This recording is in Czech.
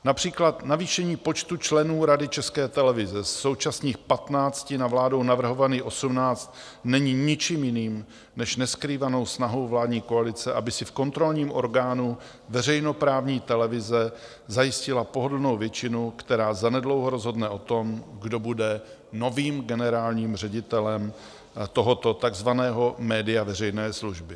Například navýšení počtu členů Rady České televize ze současných 15 na vládou navrhovaných 18 není ničím jiným než neskrývanou snahou vládní koalice, aby si v kontrolním orgánu veřejnoprávní televize zajistila pohodlnou většinu, která zanedlouho rozhodne o tom, kdo bude novým generálním ředitelem tohoto takzvaného média veřejné služby.